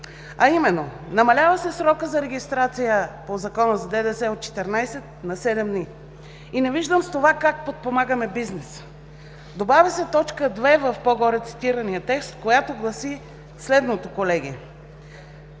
а именно: намалява се срокът за регистрация по Закона за ДДС от 14 на 7 дни.“ Не виждам с това как подпомагаме бизнеса? Добавя се т. 2 в по-горе цитирания текст, която гласи следното, колеги: